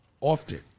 often